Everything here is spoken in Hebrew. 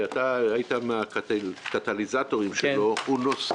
שבה כמעט כל הרגולטורים כבר הציגו את הנושאים שתחת חסותם,